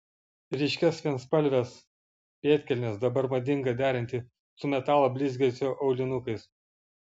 ryškias vienspalves pėdkelnes dabar madinga derinti su metalo blizgesio aulinukais